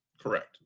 Correct